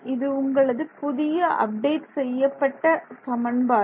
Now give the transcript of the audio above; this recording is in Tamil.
இது உங்களது புதிய அப்டேட் செய்யப்பட்ட சமன்பாடு